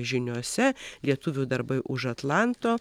žiniose lietuvių darbai už atlanto